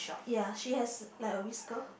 ya she has like a whisker